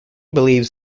believes